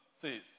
says